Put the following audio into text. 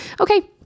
Okay